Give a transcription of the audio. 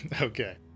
Okay